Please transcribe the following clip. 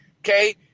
Okay